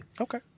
okay